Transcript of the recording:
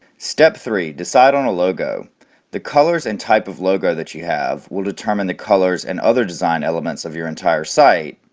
step three decide on a logo the colors and type of logo that you have will determine the colors and other design elements of your entire site,